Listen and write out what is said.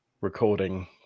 recording